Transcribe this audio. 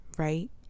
right